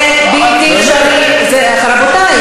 זה בלתי אפשרי, רבותי.